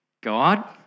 God